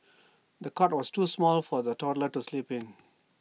the cot was too small for the toddler to sleep in